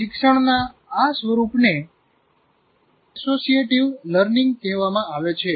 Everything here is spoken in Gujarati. શિક્ષણના આ સ્વરૂપને એસોસિયેટિવ લર્નિંગ કહેવામાં આવે છે